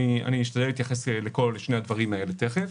אשתדל להתייחס לשני הדברים האלה תיכף.